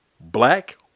black